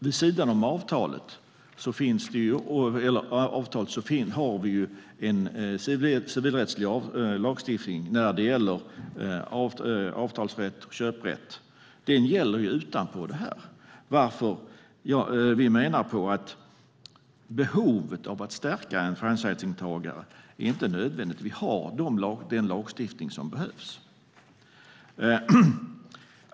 Vid sidan om avtalet har vi en civilrättslig lagstiftning när det gäller avtalsrätt och köprätt. Den gäller utanpå det här, varför vi menar på att det inte är nödvändigt att stärka franchisetagarna. Vi har den lagstiftning som behövs.